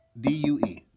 D-U-E